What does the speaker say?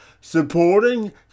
supporting